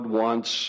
wants